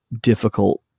difficult